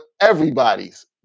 everybody's